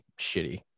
shitty